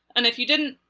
and if you didn't,